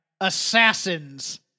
Assassins